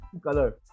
color